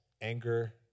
anger